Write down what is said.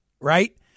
right